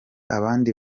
abandi